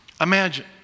Imagine